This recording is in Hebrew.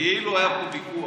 כאילו היה פה ויכוח.